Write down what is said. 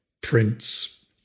Prince